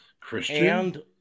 Christian